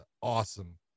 awesome